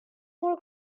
more